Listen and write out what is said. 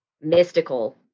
mystical